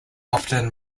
often